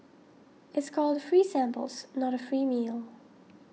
it's called free samples not a free meal